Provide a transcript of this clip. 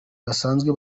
basanzwe